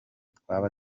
twaba